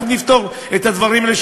אנחנו נפתור את הדברים האלה,